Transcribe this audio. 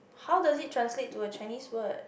how does it translate to a Chinese word